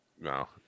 No